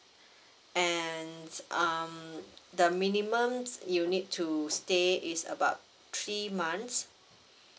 and um the minimum you'll need to stay is about three months